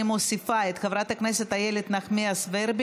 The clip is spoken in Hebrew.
אז אני מוסיפה את קולה של חברת הכנסת קארין אלהרר.